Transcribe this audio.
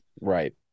Right